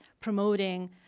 promoting –